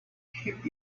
keep